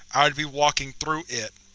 i would be walking through it.